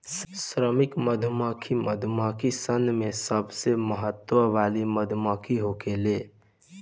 श्रमिक मधुमक्खी मधुमक्खी सन में सबसे महत्व वाली मधुमक्खी होखेले